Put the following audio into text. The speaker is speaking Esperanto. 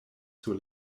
sur